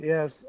Yes